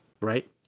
right